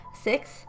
Six